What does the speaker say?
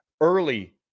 early